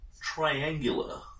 triangular